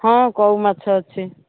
ହଁ କଉ ମାଛ ଅଛି